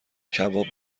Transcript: کباب